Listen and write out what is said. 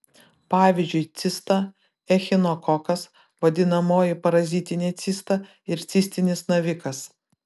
pavyzdžiui cista echinokokas vadinamoji parazitinė cista ir cistinis navikas